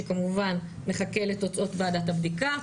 שכמובן מחכה לתוצאות ועדת הבדיקה,